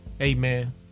amen